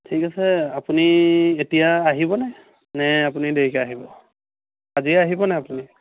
ঠিক আছে আপুনি এতিয়া আহিব নে নে আপুনি দেৰিকৈ আহিব আজিয়ে আহিব নে আপুনি